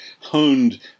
honed